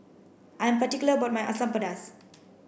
I'm particular about my Asam Pedas